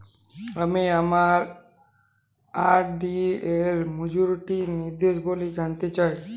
আমি আমার আর.ডি এর মাচুরিটি নির্দেশাবলী জানতে চাই